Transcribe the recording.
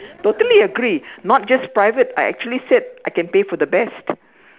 totally agree not just private I actually said I can pay for the best